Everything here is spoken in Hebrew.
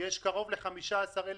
יש קרוב ל-15,000